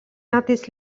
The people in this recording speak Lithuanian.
metais